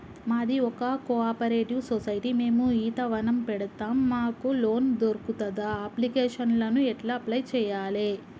మాది ఒక cooperative society మేము ఈత వనం పెడతం మాకు లోన్ దొర్కుతదా? అప్లికేషన్లను ఎట్ల అప్లయ్ చేయాలే?